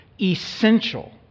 essential